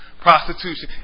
prostitution